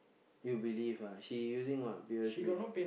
you believe ah she using what P_O_S_B